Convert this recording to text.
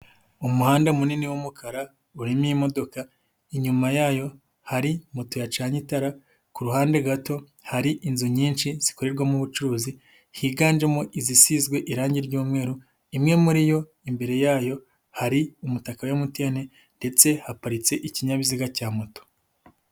Umuhanda munini w'umukara urimo imodoka, inyuma yayo hari moto yacanye itara, ku ruhande gato hari inzu nyinshi zikorerwamo ubucuruzi higanjemo izisizwe irangi ry'umweru, imwe muri yo imbere yayo hari umutaka wa MTN ndetse haparitse ikinyabiziga cya moto.